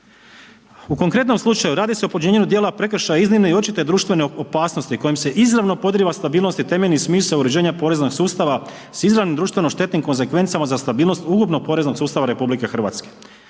u konkretnom slučaju radi se o počinjenju dijela prekršaja iznimne i očite društvene opasnosti kojom se izravno podrijeva stabilnost i temeljni smisao uređenja poreznog sustava s izravno društveno štetnim konzekvencama za stabilnost ukupnog poreznog sustava RH itd.